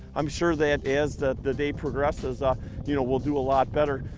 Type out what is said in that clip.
i'm sure that as the the day progresses ah you know we'll do a lot better.